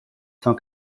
cent